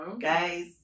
Guys